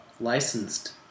licensed